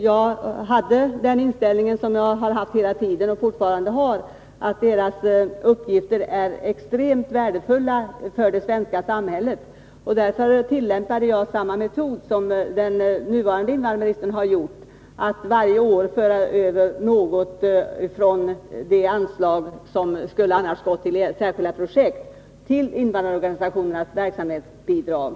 Jag hade den inställning jag haft hela tiden och fortfarande har, nämligen att deras verksamhet är extremt värdefull för det svenska samhället, och jag tillämpade därför samma metod som den nuvarande invandrarministern, att varje år föra över något av anslaget för särskilda projekt till invandrarorganisationernas verksamhetsbidrag.